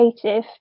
creative